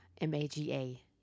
M-A-G-A